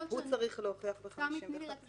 הוא צריך להוכיח ב-51 --- תמי, בבקשה,